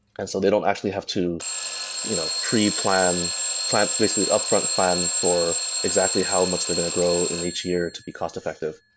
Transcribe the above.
and so they don't actually have to you know preplan basically, upfront plan for exactly how much they're going to grow in each year to be cost-effective.